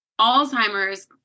Alzheimer's